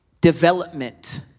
development